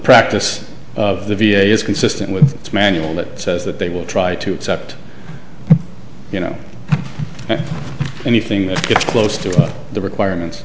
practice of the v a is consistent with its manual that says that they will try to accept you know anything that gets close to the requirements